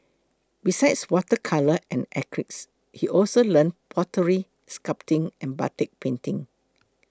besides water colour and acrylics he also learnt pottery sculpting and batik painting